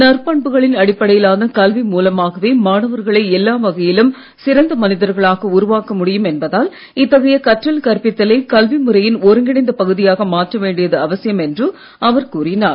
நற்பண்புகளின் அடிப்படையிலான கல்வி மூலமாகவே மாணவர்களை எல்லா வகையிலும் சிறந்த மனிதர்களாக உருவாக்க முடியும் என்பதால் இத்தகைய கற்றல் கற்பித்தலை கல்வி முறையின் ஒருங்கிணைந்த பகுதியாக மாற்ற வேண்டியது அவசியம் என்று அவர் கூறினார்